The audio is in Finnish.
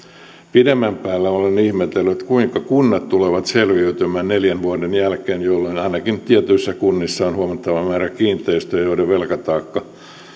olen ihmetellyt kuinka kunnat pidemmän päälle tulevat selviytymään neljän vuoden jälkeen jolloin ainakin tietyissä kunnissa on huomattava määrä kiinteistöjä joiden velkataakka on